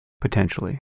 potentially